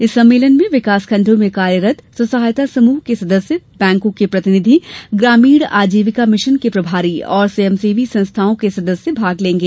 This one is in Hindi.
इस सम्मेलन में विकासखंडों में कार्यरत स्व सहायता समूह के सदस्य बैंको के प्रतिनिधि ग्रामीण आजीविका मिशन के प्रभारी और स्वयंसेवी संस्थाओं के सदस्य भाग लेंगे